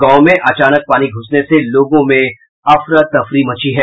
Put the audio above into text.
गांव में अचानक पानी घुसने से लोगों में अफरा तफरी मची है